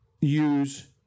use